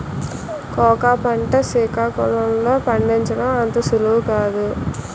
cocoa పంట సికాకుళం లో పండించడం అంత సులువు కాదు